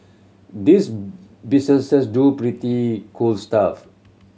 these businesses do pretty cool stuff